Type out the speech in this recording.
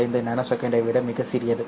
75 ns ஐ விட மிகச் சிறியது